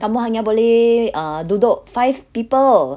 kamu hanya boleh uh duduk five people